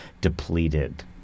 depleted